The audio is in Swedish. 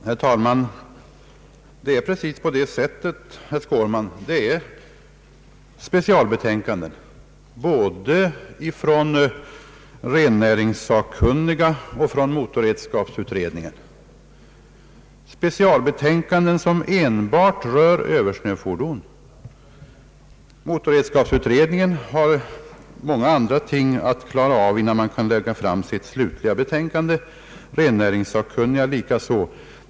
Herr talman! Både rennäringssakkunniga och motorredskapsutredningen be handlar frågan om Ööversnöfordonen i specialbetänkanden, som alltså rör enbart dessa fordon. Motorredskapsutredningen har många andra ting att klara av innan den kan lägga fram sitt slutliga betänkande, rennäringssakkunniga likaså.